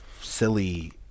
silly